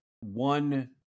one